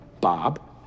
Bob